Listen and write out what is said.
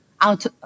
out